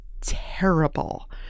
terrible